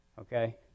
Okay